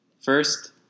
First